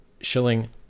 shilling